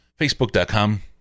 facebook.com